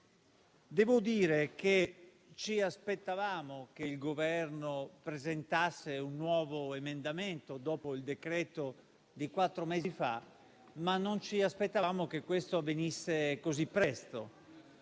Devo dire che ci aspettavamo che il Governo presentasse un nuovo emendamento dopo il decreto di quattro mesi fa, ma non ci aspettavamo che questo avvenisse così presto